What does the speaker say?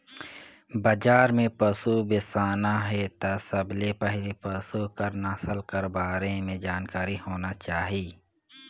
बजार में पसु बेसाना हे त सबले पहिले पसु कर नसल कर बारे में जानकारी होना चाही